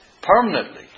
Permanently